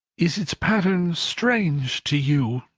is its pattern strange to you?